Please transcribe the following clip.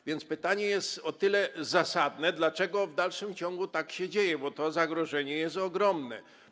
A więc pytanie jest zasadne, dlaczego w dalszym ciągu tak się dzieje, bo to zagrożenie jest ogromne.